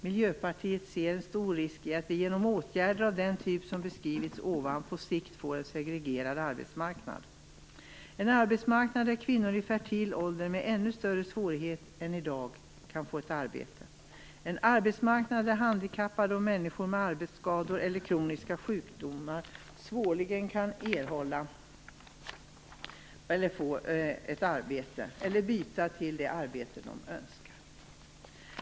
Miljöpartiet ser en stor risk i att vi genom åtgärder av den typ som tidigare beskrivits på sikt leder till en segregerad arbetsmarknad - en arbetsmarknad där kvinnor i fertil ålder med ännu större svårighet än i dag kan få ett arbete, en arbetsmarknad där handikappade och människor med arbetsskador eller kroniska sjukdomar svårligen kan erhålla ett arbete eller byta till det arbete som de önskar.